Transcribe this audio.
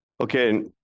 Okay